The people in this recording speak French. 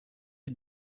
est